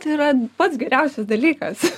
tai yra pats geriausias dalykas